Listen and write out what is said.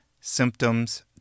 symptoms